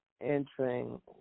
entering